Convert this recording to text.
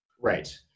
Right